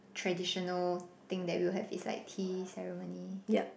traditional thing that we'll have is like tea ceremony